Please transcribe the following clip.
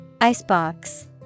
Icebox